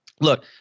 look